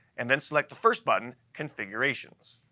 and then select the first button, configurations.